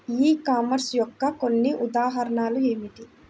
ఈ కామర్స్ యొక్క కొన్ని ఉదాహరణలు ఏమిటి?